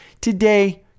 Today